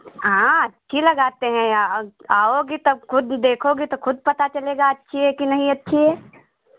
हाँ अच्छी लगाते हैं आओ आओगे तो खुद देखोगे तो खुद पता चलेगा अच्छी है कि नहीं अच्छी है